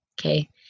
Okay